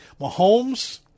Mahomes